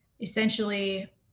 essentially